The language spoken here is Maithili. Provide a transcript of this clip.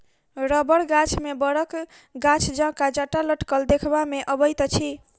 रबड़ गाछ मे बड़क गाछ जकाँ जटा लटकल देखबा मे अबैत अछि